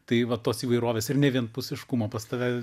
tai va tos įvairovės ir ne vienpusiškumo pas tave